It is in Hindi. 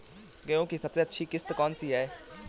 गेहूँ की सबसे अच्छी किश्त कौन सी होती है?